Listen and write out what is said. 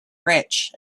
rich